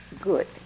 Good